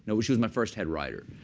no, she was my first head writer.